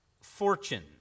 fortune